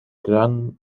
gran